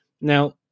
Now